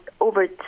over